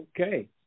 Okay